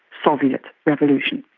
soviet revolution.